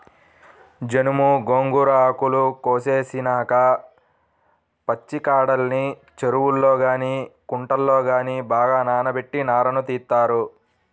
జనుము, గోంగూర ఆకులు కోసేసినాక పచ్చికాడల్ని చెరువుల్లో గానీ కుంటల్లో గానీ బాగా నానబెట్టి నారను తీత్తారు